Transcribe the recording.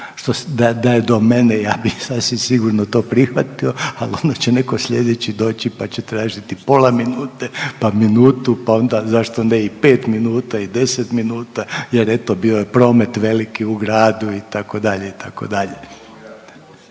da je do mene ja bi sasvim sigurno to prihvatio, ali onda će netko sljedeći doći pa će tražiti pola minute, pa minutu, pa onda zašto ne i pet minuta i deset minuta jer eto bio je promet veliki u gradu itd., itd..